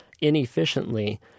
inefficiently